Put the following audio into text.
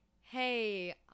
hey